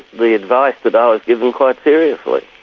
the advice that i was given quite seriously.